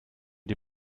die